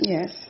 Yes